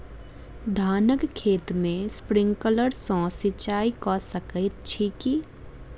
धानक खेत मे स्प्रिंकलर सँ सिंचाईं कऽ सकैत छी की?